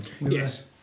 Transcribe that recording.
Yes